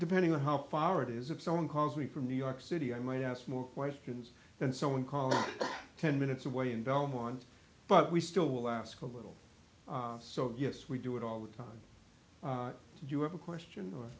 depending on how far it is if someone calls me from new york city i might ask more questions than someone called ten minutes away in belmont but we still will ask a little so yes we do it all the time do you have a question or